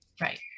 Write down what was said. Right